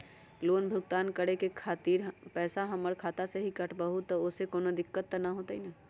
Loan भुगतान करे के खातिर पैसा हमर खाता में से ही काटबहु त ओसे कौनो दिक्कत त न होई न?